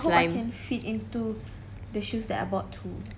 I hope I can fit into the shoes that I bought too